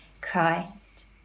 Christ